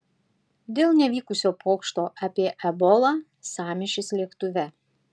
dėl nevykusio pokšto apie ebolą sąmyšis lėktuve